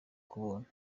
k’ubuntu